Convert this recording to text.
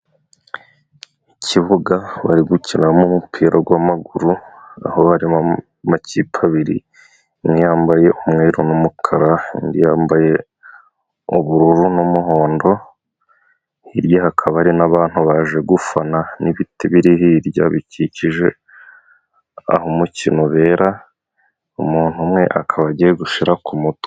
Ikibuga bari gukiniramo umupira gw'amaguru, aho barimo amakipe abiri, imwe yambaye umweru n'umukara indi yambaye ubururu n'umuhondo, hirya hakaba hari n'abantu baje gufana, n'ibiti biri hirya bikikije aho umukino ubera ,umuntu umwe akaba agiye gushira ku mutwe.